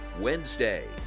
Wednesday